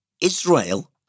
Israel